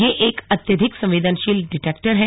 यह एक अत्यधिक संवेदनशील डिटेक्टर है